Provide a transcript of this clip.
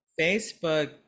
Facebook